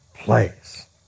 place